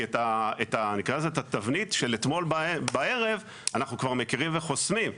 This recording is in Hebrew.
כי את התבנית של אתמול בערב אנחנו כבר מכירים וחוסמים,